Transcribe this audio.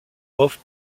opte